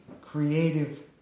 creative